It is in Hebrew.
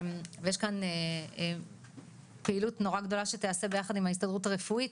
ויש כאן פעילות מאוד גדולה שתיעשה ביחד עם ההסתדרות הרפואית,